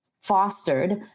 fostered